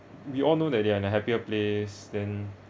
we all know that they are in a happier place then